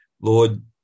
Lord